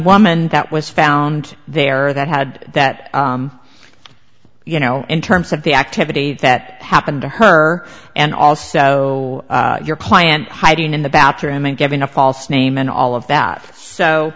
woman that was found there that had that you know in terms of the activity that happened to her and also your client hiding in the bathroom and giving a false name and all of that so